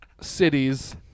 cities